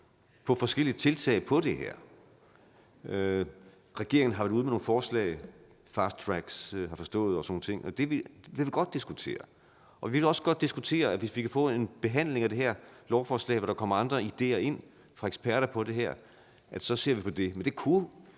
på forskellige tiltag i forbindelse med det her. Regeringen har været ude med nogle forslag – fast tracks, har jeg forstået, og sådan nogle ting. Det vil godt diskutere, og vi vil også godt diskutere det, hvis man kan få en behandling af det her lovforslag, hvor der kommer andre ideer ind fra eksperter – så ser vi på det. Men hvis man